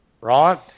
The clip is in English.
right